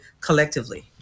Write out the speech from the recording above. collectively